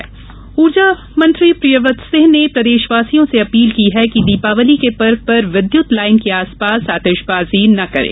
उर्जामंत्री अपील उर्जामंत्री प्रियद्वत सिंह ने प्रदेशवासियों से अपील की है कि दीपावली के पर्व पर विद्युत लाईन के आसपास आतिशबाजी नहीं करें